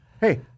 Hey